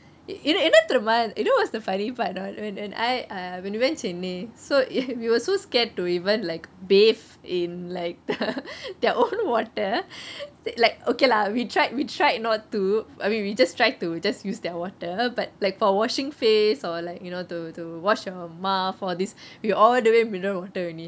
என்ன தெரிமா:enna therimaa you know what's the funny part or not when I err when we went chennai so we were so scared to even like bathe in like the their own water like okay lah we tried we tried not to I mean we just try to just use that water but like for washing face or like you know to to wash your mouth all this we all do it in mineral water only